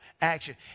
Action